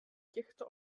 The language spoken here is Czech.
těchto